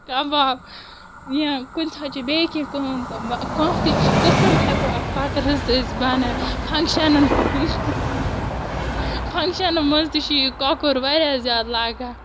کَباب یا کُنہِ ساتہٕ چھِ بیٚیہِ کیٚنٛہہ کٲم کانٛہہ تہِ قٕسٕم ہٮ۪کَو اَتھ کۄکرَس أسۍ بنا فَکشَنن فَکشَنَن منٛز تہِ چھِ یہِ کۄکُر واریاہ زیادٕ لگان